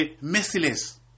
merciless